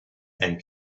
and